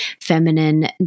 feminine